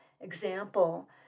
example